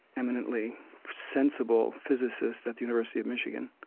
eminently sensible physicist at the university of michigan,